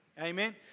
amen